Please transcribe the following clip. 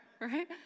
right